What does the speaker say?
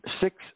six